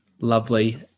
Lovely